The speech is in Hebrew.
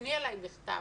תיפני אלי בכתב.